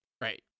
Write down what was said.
right